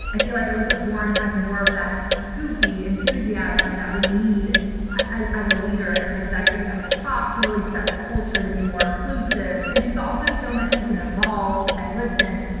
i feel like elizabeth warren has more of that goofy enthusiasm that we need as a leader, as an executive at the top to really set the culture to be more inclusive and she's also shown that she can evolve and listen.